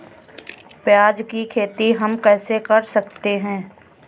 प्याज की खेती हम कैसे कर सकते हैं?